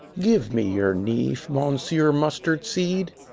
give me your neaf, mounsieur mustardseed.